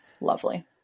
lovely